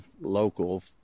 local